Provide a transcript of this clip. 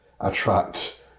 attract